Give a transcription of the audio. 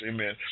Amen